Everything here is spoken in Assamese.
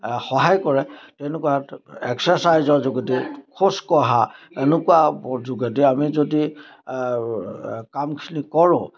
সহায় কৰে তেনেকুৱা এক্সাৰচাইজৰ যোগেদি খোজকঢ়া এনেকুৱা যোগেদি আমি যদি কামখিনি কৰোঁ